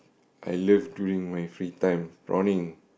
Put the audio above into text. I love during my free time prawning